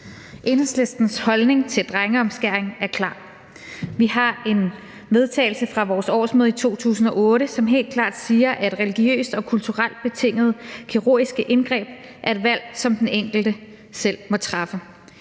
Enhedslistens holdning til drengeomskæring er klar: Vi har en vedtagelse fra vores årsmøde i 2008, som helt klart siger, at religiøst og kulturelt betingede kirurgiske indgreb er et valg, som den enkelte selv må træffe.